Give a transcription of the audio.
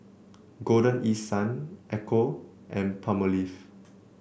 Golden East Sun Ecco and Palmolive